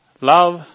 love